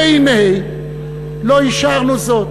אבל יש, והנה, לא אישרנו זאת.